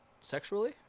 sexually